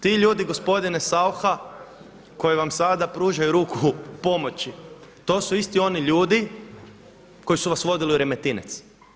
Ti ljudi gospodine Saucha koji vam sada pružaju ruku pomoći, to su isti oni ljudi koji su vas vodili u Remetinec.